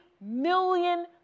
million